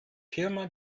firma